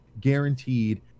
guaranteed